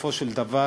ובסופו של דבר